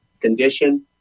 condition